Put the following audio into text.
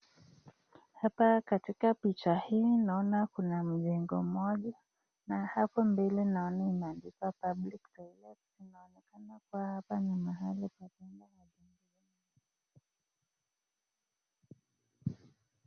Hapa katika picha hii naona kuna mjengo mmoja hapo mbele naona imeandikwa public toilet , inaonekana kuwa haoa ni mahali pa kuenda haja ndogo.